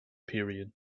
period